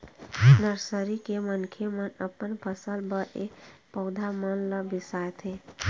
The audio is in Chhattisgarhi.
नरसरी के मनखे मन अपन फसल बर ए पउधा मन ल बिसाथे